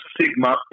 Sigma